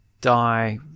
Die